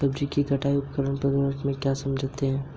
सब्जियों की कटाई उपरांत प्रबंधन से आप क्या समझते हैं?